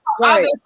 right